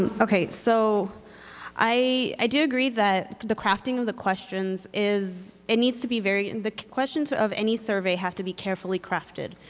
so i do agree that the crafting of the questions is, it needs to be very, the questions of any survey have to be carefully crafted.